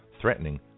threatening